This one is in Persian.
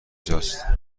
جاست